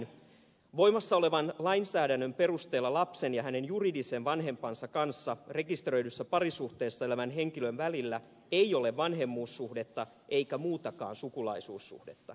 voimassa olevan lainsäädännön perusteella lapsen ja hänen juridisen vanhempansa kanssa rekisteröidyssä parisuhteessa elävän henkilön välillä ei ole vanhemmuussuhdetta eikä muutakaan sukulaisuussuhdetta